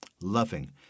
loving